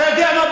אתה יודע מה,